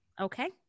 okay